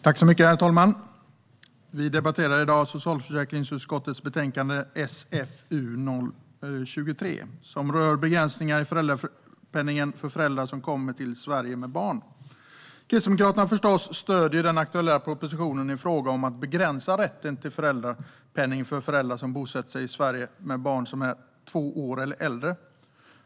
Herr talman! Vi debatterar i dag socialförsäkringsutskottets betänkande SfU23, som rör begränsningar i föräldrapenningen för föräldrar som kommer till Sverige med barn. Kristdemokraterna stöder förstås den aktuella propositionen i fråga om att begränsa rätten till föräldrapenning för föräldrar som bosätter sig i Sverige med barn som är två år eller äldre.